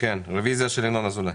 יש גם את התקצוב של המשרד של אלי אבידר.